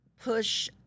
push